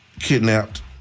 kidnapped